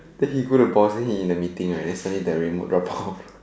then he go the boss in the meeting right then suddenly the remote drop off